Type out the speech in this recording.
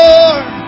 Lord